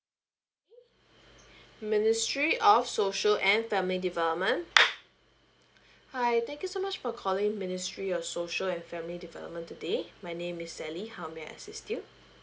ministry of social and family development hi thank you so much for calling ministry of social and family development today my name is sally how may I assist you